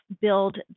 build